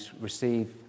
receive